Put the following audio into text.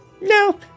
no